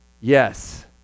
yes